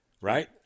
right